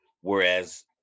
whereas